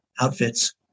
outfits